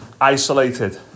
isolated